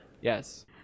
Yes